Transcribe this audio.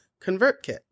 ConvertKit